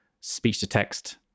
speech-to-text